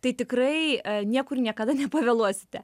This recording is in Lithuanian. tai tikrai niekur niekada nepavėluosite